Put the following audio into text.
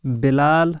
Bilal